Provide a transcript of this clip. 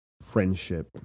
friendship